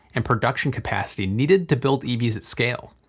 and production capacity needed to build evs at scale.